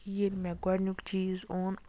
ییٚلہِ مےٚ گۄڈنیُک چیٖز اوٚن